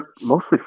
mostly